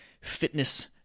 fitness